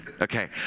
Okay